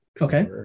Okay